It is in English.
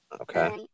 okay